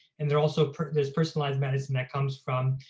and there also there's personalized medicine that comes from,